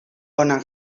bona